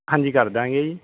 ਹਾਂਜੀ ਕਰ ਦਾਂਗੇ ਜੀ